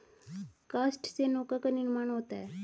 काष्ठ से नौका का निर्माण होता है